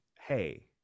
hey